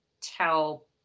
tell